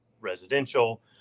residential